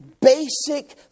basic